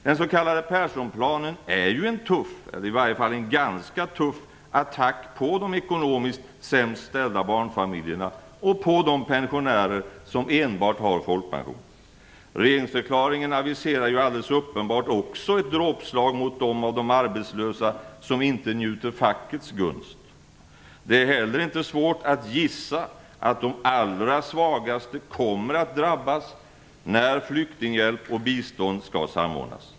Den s.k. Perssonplanen är ju en tuff - eller i alla fall ganska tuff - attack mot de ekonomiskt sämst ställda barnfamiljerna och mot de pensionärer som enbart har folkpension. Regeringsförklaringen aviserar ju alldeles uppenbart också ett dråpslag mot dem av de arbetslösa som inte njuter fackets gunst. Det är heller inte svårt att gissa att de allra svagaste kommer att drabbas när flyktinghjälp och bistånd skall samordnas.